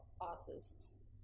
artists